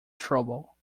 trouble